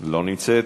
לא נמצאת.